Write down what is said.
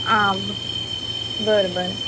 आ बरें बरें